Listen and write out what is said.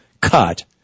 cut